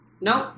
Nope